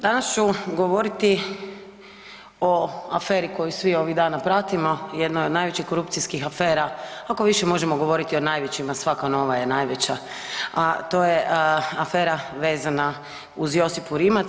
Danas ću govoriti o aferi koji svi ovih dana pratimo jednoj od najvećoj korupcijskih afera, ako više možemo govoriti o najvećima, svaka nova je najveća, a to je afera vezana uz Josipu Rimac.